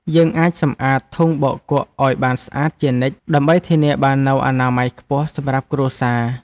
យើងអាចសម្អាតធុងបោកគក់ឱ្យបានស្អាតជានិច្ចដើម្បីធានាបាននូវអនាម័យខ្ពស់សម្រាប់គ្រួសារ។